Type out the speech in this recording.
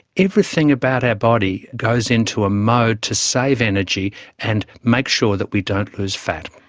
everything about our body goes into a mode to save energy and make sure that we don't lose fat.